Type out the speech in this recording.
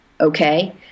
okay